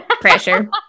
Pressure